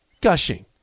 Gushing